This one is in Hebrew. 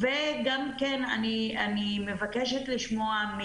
וגם כן אני מבקשת לשמוע,